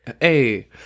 Hey